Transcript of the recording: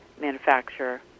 manufacturer